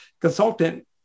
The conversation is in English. consultant